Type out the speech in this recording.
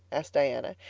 asked diana.